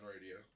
radio